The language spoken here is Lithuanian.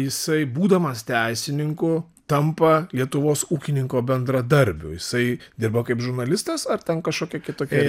jisai būdamas teisininku tampa lietuvos ūkininko bendradarbiu jisai dirbo kaip žurnalistas ar ten kažkokia kitokia